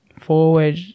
forward